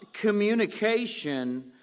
communication